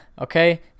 Okay